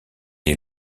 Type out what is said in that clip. est